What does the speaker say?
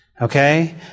Okay